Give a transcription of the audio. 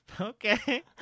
Okay